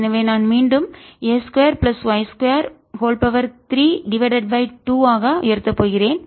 எனவே நான் மீண்டும் a2 பிளஸ் y232 ஆக போகிறேன்